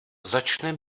začne